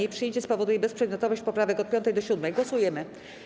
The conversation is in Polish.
Jej przyjęcie spowoduje bezprzedmiotowość poprawek od 5. do 7. Głosujemy.